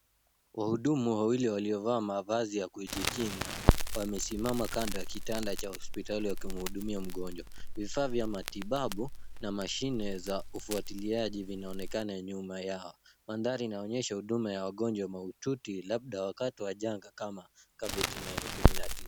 Wahudumu wawili waliovaa mavazi ya kujikinga wamesimama kando ya kitanda cha hospitali wahimhudumia mgonjwa. Vifaa vya matibabu na mashine za ufuatiliaji vinaonekana nyuma yao. Mandhari inaonyesha huduma ya wagonjwa mahututi labda wakati wa janga kama COVID-19.